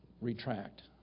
retract